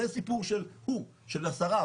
זה סיפור של הוא, של השרה.